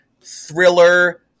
thriller